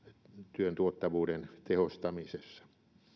työn tuottavuuden tehostamisessa